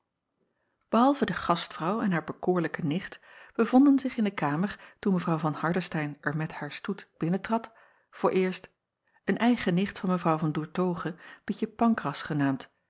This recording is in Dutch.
ehalve de gastvrouw en haar bekoorlijke nicht bevonden zich in de kamer toen w van ardestein er met haar stoet binnentrad vooreerst een eigen nicht van w an oertoghe ietje ancras genaamd